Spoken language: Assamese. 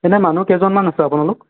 এনে মানুহ কেইজনমান আছে আপোনালোক